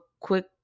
Quick